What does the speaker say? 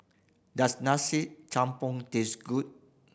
does Nasi Campur taste good